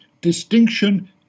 distinction